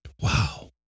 Wow